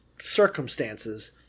circumstances